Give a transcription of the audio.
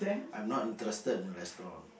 I'm not interested in restaurant